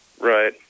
Right